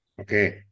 Okay